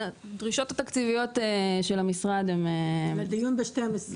דרישות תקציביות של המשרד הן לדיון בין שני המשרדים.